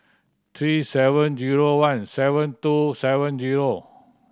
three seven zero one seven two seven zero